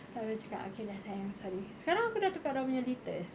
tu aku cakap okay lah sayang sorry sekarang aku dah tukar dia orang punya litter